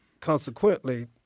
Consequently